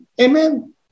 amen